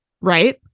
right